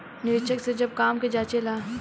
निरीक्षक जे सब काम के जांचे ला